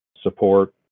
support